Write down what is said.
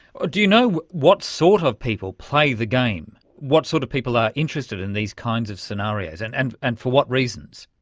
do you know what sort of people play the game, what sort of people are interested in these kinds of scenarios, and and and for what reasons?